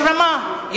יש רמה.